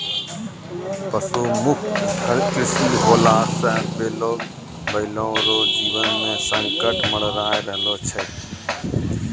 पशु मुक्त कृषि होला से बैलो रो जीवन मे संकट मड़राय रहलो छै